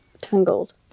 Tangled